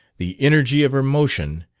the energy of her motion,